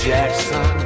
Jackson